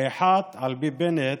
האחת, על פי בנט,